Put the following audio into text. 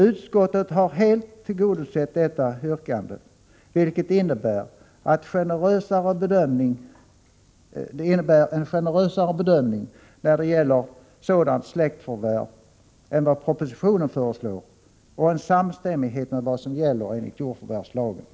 Utskottet har helt tillgodosett detta yrkande, vilket innebär en generösare bedömning när det gäller sådant släktförvärv än vad propositionen föreslår och en samstämmighet med vad som gäller enligt jordförvärvslagen.